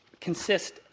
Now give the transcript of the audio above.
consist